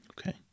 Okay